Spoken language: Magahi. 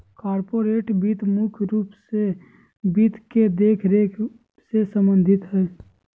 कार्पोरेट वित्त मुख्य रूप से वित्त के देखरेख से सम्बन्धित हय